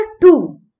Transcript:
two